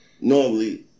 normally